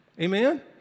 Amen